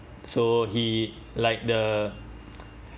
so he like the